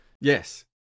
Yes